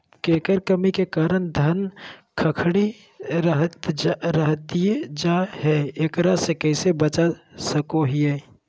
केकर कमी के कारण धान खखड़ी रहतई जा है, एकरा से कैसे बचा सको हियय?